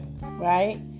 right